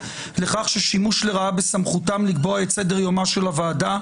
לכך ששימוש לרעה בסמכותם לקבוע את סדר יומה של הוועדה,